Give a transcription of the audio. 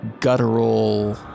guttural